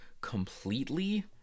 completely